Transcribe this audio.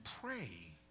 pray